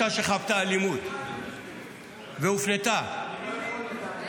אני חושב שאישה שחוותה אלימות והופנתה למעון,